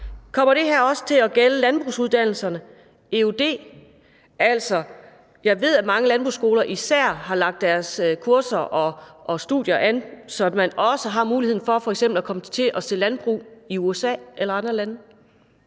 Kommer det her også til at gælde landbrugsuddannelserne og eud? Jeg ved, at mange landbrugsskoler især har lagt deres kurser og studier an på, at man også har muligheden for f.eks. at komme til at se landbrug i USA eller andre lande.